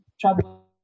trouble